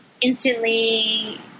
instantly